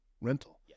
rental